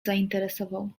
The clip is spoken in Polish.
zainteresował